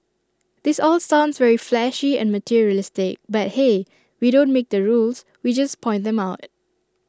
this all sounds very flashy and materialistic but hey we don't make the rules we just point them out